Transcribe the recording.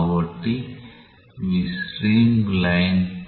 కాబట్టి ఇవి స్ట్రీమ్లైన్స్